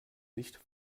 nicht